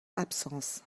absence